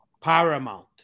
Paramount